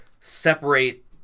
separate